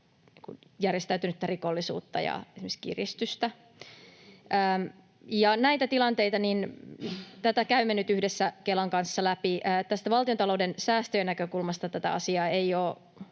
järjestäytynyttä rikollisuutta ja esimerkiksi kiristystä. Näitä tilanteita käymme nyt yhdessä Kelan kanssa läpi. Tästä valtiontalouden säästöjen näkökulmasta tätä asiaa ei ole